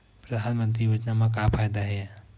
परधानमंतरी योजना म का फायदा?